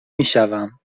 میشوم